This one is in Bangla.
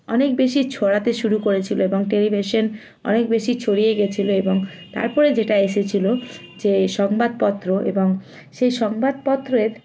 অনেক বেশি ছড়াতে শুরু করেছিলো এবং টেলিভিশন অনেক বেশি ছড়িয়ে গেছিলো এবং তারপরে যেটা এসেছিলো যে সংবাদপত্র এবং সেই সংবাদপত্রের